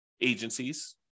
agencies